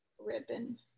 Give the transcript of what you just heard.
ribbon